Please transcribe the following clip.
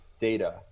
data